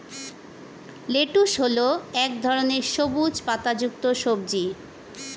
lettuce হল এক ধরনের সবুজ পাতাযুক্ত সবজি